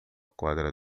quadra